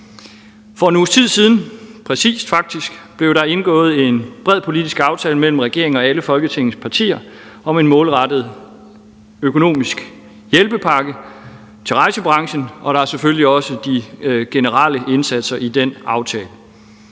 præcis 1 uge, blev der indgået en bred politisk aftale mellem regeringen og alle Folketingets partier om en målrettet økonomisk hjælpepakke til rejsebranchen, og der er selvfølgelig også de generelle indsatser i den aftale.